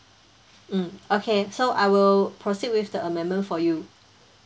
mm okay so I will proceed with the amendment for you